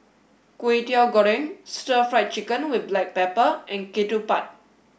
Kway Teow Goreng Stir Fried Chicken with Black Pepper and Ketupat